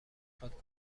خواد